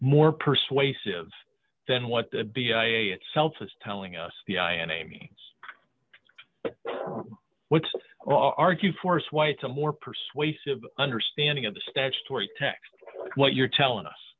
more persuasive than what the be a itself is telling us the i and a means what argue for us why it's a more persuasive understanding of the statutory text what you're telling us